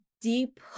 deep